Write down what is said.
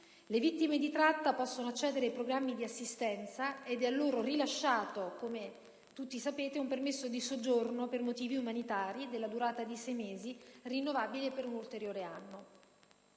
Le vittime di tratta possono accedere ai programmi di assistenza ed è loro rilasciato, come tutti sapete, un permesso di soggiorno per motivi umanitari della durata di sei mesi, rinnovabile per un ulteriore anno.